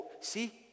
See